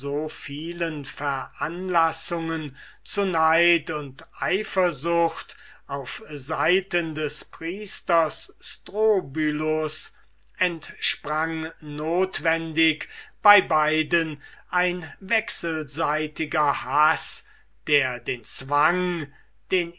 so vielen veranlassungen zu neid und eifersucht auf seiten des priesters strobylus entsprang notwendig bei beiden ein wechselseitiger haß der den zwang den